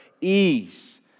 ease